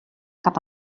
cap